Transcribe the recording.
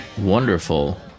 Wonderful